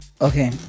Okay